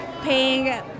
paying